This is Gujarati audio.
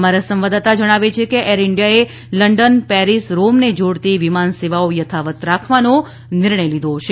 અમારા સંવાદદાતા જણાવે છે કે એર ઇન્ડિયાએ લંડન પેરિસ રોમને જોડતી વિમાન સેવાઓ યથાવત રાખવાનો નિર્ણય લીધો છે